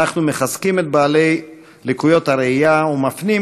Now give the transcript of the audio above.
אנחנו מחזקים את האנשים עם לקויות ראייה ומפנים